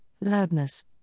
loudness